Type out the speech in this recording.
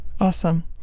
Awesome